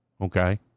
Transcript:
okay